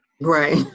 Right